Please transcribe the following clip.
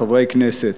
חברי הכנסת,